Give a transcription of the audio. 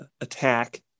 attack